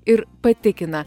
ir patikina